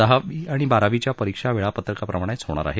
दहावी आणि बारावीच्या परीक्षा वेळापत्रकाप्रमाणेच होणार आहेत